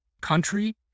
country